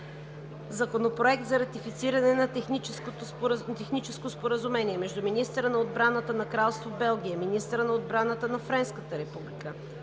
„Законопроект за ратифициране на Техническо споразумение между министъра на отбраната на Кралство Белгия, министъра на отбраната на Френската република,